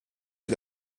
que